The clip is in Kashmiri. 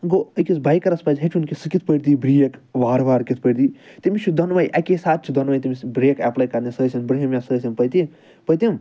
گوٚو أکِس بایکَرَس پَزِ ہیٚچھُن کہِ سُہ کِتھۍ پٲٹھۍ دی برٛیک وارٕ وارٕ کِتھۍ پٲٹھۍ دی تٔمِس چھِ دۄنؤے اَکیٚے ساتہٕ چھِ دۄنؤے تٔمِس برٛیک ایٚپلے کرنہِ سُہ آسِنۍ برٛونٛہمِ یا سُہ ٲسِںی پٔتِم پٔتِم